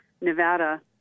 Nevada